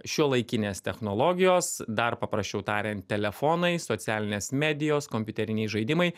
šiuolaikinės technologijos dar paprasčiau tariant telefonai socialinės medijos kompiuteriniai žaidimai